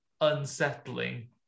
unsettling